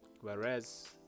Whereas